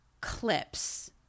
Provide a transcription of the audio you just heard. clips